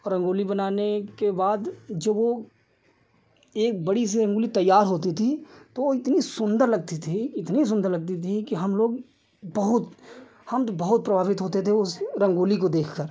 और रंगोली बनाने के बाद जब वो एक बड़ी सी रंगोली तैयार होती थी तो इतनी सुन्दर लगती थी इतनी सुन्दर लगती थी कि हमलोग बहुत हम तो बहुत प्रभावित होते थे उस रंगोली को देखकर